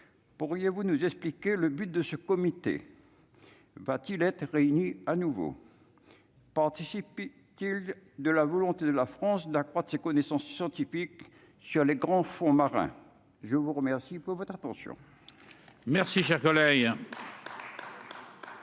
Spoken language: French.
pourriez-vous nous expliquer le but de ce comité va-t-il être réunis à nouveau pas participer de la volonté de la France d'accroître ses connaissances scientifiques sur les grands fonds marins je vous remercie pour votre attention. Merci, cher collègue.